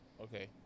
Okay